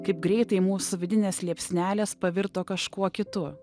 kaip greitai mūsų vidinės liepsnelės pavirto kažkuo kitu